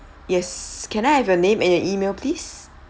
yes can I have your name and your email please